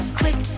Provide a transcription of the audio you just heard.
quick